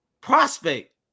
prospect